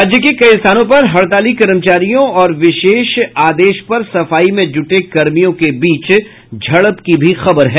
राज्य के कई स्थानों पर हड़ताली कर्मचारियों और विशेष आदेश पर सफाई में जुटे कर्मियों के बीच झड़प की भी खबर है